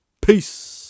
peace